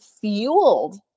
fueled